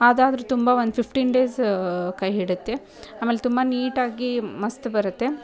ಅದಾದ್ರೂ ತುಂಬ ಒಂದು fifteen days ಕೈ ಹಿಡಿಯುತ್ತೆ ಆಮೇಲೆ ತುಂಬ ನೀಟಾಗಿ ಮಸ್ತು ಬರುತ್ತೆ